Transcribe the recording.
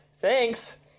thanks